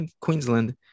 Queensland